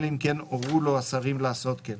אלא אם כן הורו לו השרים לעשות כן,